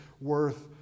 worth